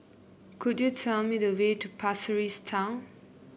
could you tell me the way to Pasir Ris Town